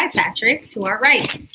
hi, patrick, to our right.